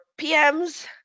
PMs